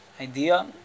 idea